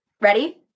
Ready